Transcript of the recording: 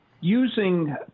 Using